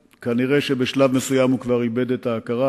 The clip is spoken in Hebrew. כאן אני מספר את הסיפור כפי שהוא נראה במבט הראשון של האינווסטיגציה,